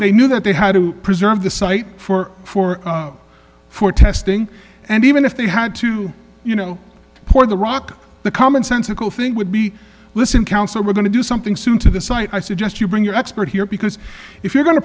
they knew that they had to preserve the site for for for testing and even if they had to you know for the rock the common sensical thing would be listen counsel we're going to do something soon to the site i suggest you bring your expert here because if you're go